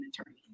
attorney